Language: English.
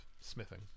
smithing